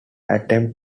attempt